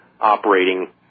operating